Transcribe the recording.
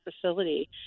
facility